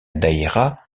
daïra